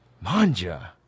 Manja